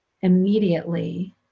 immediately